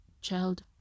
child